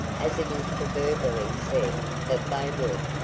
as it is proverbially said that they will,